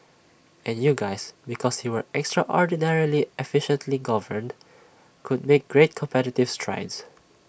and you guys because you were extraordinarily efficiently governed could make great competitive strides